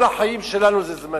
כל החיים שלנו זה זמני.